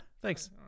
thanks